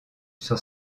sur